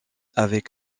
avec